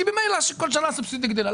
כי ממילא בכל שנה הסובסידיה גדלה.